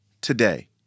today